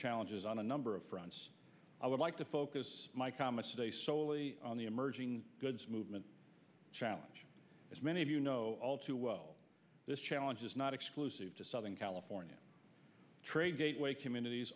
challenges on a number of fronts i would like to focus my comments today solely on the emerging goods movement challenge as many of you know all too well this challenge is not exclusive to southern california trade gateway communities